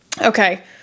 okay